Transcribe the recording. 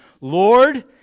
Lord